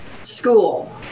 school